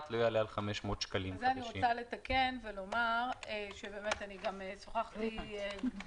לא יעלה על 500 שקלים חדשים." אני רוצה לתקן ולומר ששוחחתי עם